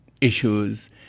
issues